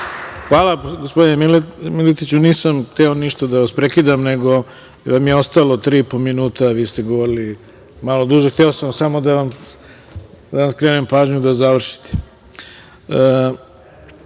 Hvala, gospodine Miletiću. Nisam hteo da vas prekidam, nego vam je ostalo tri i po minuta, a vi ste govorili malo duže. Hteo sam da vam skrenem pažnju kako biste